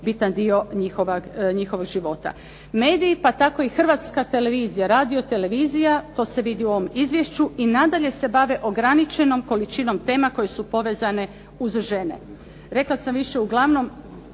bitan dio njihovog života. Mediji pa tako i Hrvatska televizija, radiotelevizija to se vidi u ovom izvješću, i nadalje se bave ograničenom količinom tema koje su povezane uz žene. Rekla sam više uglavnom